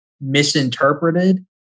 misinterpreted